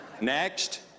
Next